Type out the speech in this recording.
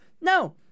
No